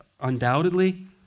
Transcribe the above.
undoubtedly